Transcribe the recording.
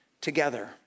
together